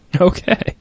Okay